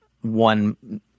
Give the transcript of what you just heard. one